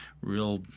real